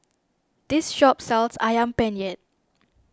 this shop sells Ayam Penyet